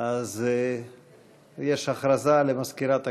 אז יש הודעה למזכירת הכנסת.